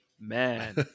man